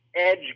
edge